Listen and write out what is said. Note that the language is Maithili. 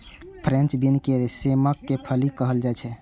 फ्रेंच बीन के सेमक फली कहल जाइ छै